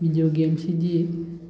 video ꯒꯦꯝꯁꯤꯗꯤ